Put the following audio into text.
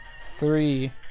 three